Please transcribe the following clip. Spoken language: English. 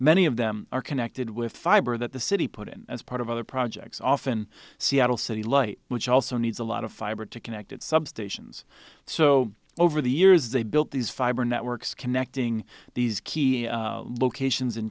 many of them are connected with fiber that the city put in as part of other projects often seattle city light which also needs a lot of fiber to connect it substations so over the years they built these fiber networks connecting these key locations in